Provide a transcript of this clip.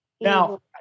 Now